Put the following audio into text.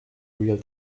real